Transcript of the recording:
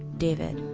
david,